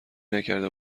نکرده